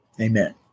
Amen